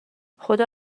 خدا